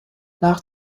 nach